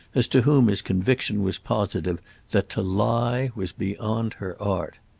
as to whom his conviction was positive that to lie was beyond her art.